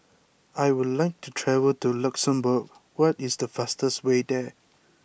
I would like to travel to Luxembourg what is the fastest way there